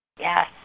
Yes